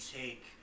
take